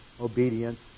obedience